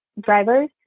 drivers